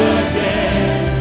again